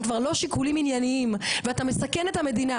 כבר לא שיקולים עניינים ואתה מסכן את המדינה,